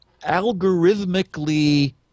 algorithmically